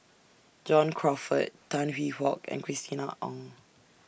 John Crawfurd Tan Hwee Hock and Christina Ong